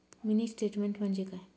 Mini statement म्हणजे काय?